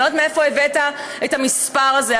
אני לא יודעת מאיפה הבאת את המספר הזה,